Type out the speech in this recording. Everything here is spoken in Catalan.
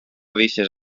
deixes